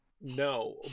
No